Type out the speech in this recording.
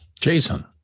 Jason